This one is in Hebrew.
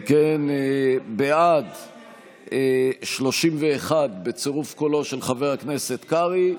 אם כן, בעד 31, בצירוף קולו של חבר הכנסת קרעי,